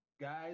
Guys